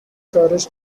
coverage